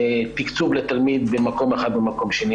תקצוב לתלמיד במקום אחד או במקום שני.